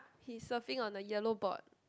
he is surfing on the yellow board